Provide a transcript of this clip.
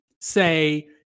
say